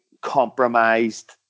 compromised